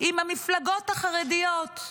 עם המפלגות החרדיות.